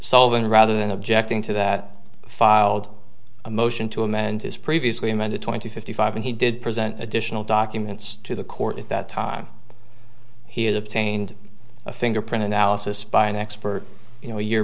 solving rather than objecting to that filed a motion to him and his previously amended twenty fifty five and he did present additional documents to the court at that time he obtained a fingerprint analysis by an expert you know a year